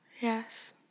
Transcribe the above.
Yes